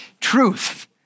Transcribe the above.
Truth